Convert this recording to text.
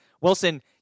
Wilson